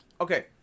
Okay